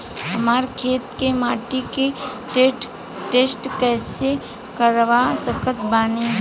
हमरा खेत के माटी के टेस्ट कैसे करवा सकत बानी?